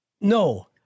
No